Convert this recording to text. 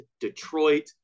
Detroit